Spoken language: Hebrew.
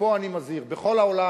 ופה אני מזהיר: בכל העולם